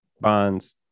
bonds